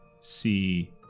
see